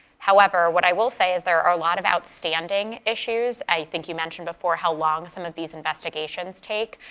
however, what i will say is there are a lot of outstanding issues. i think you mentioned before how long some of these investigations take.